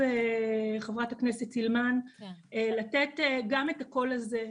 חברת הכנסת סילמן, חשוב לתת גם את הקול הזה.